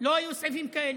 לא היו סעיפים כאלה.